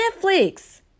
Netflix